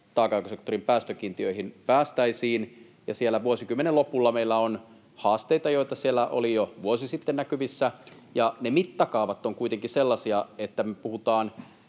taakanjakosektorin päästökiintiöihin päästäisiin. Siellä vuosikymmenen lopulla meillä on haasteita, joita siellä oli jo vuosi sitten näkyvissä. Ne mittakaavat ovat kuitenkin sellaisia, että me puhutaan